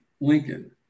Lincoln